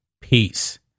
Peace